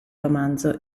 romanzo